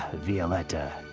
violetta.